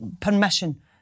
permission